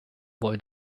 boy